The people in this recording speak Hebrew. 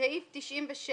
סעיף 97,